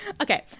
Okay